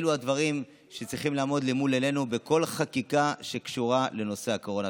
אלה הדברים שצריכים לעמוד מול עינינו בכל חקיקה שקשורה לנושא הקורונה.